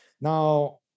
Now